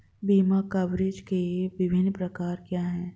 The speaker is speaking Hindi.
बीमा कवरेज के विभिन्न प्रकार क्या हैं?